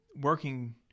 working